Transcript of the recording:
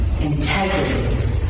integrity